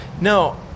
No